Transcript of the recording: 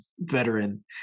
veteran